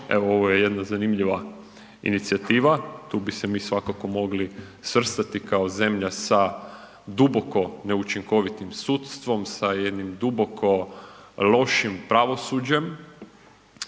evo ovo je jedna zanimljiva inicijativa, tu bi se mi svakako mogli svrstati kao zemlja sa duboko neučinkovitim sudstvom, sa jednim duboko lošim pravosuđem.